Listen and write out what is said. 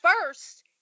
first